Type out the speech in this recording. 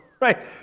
right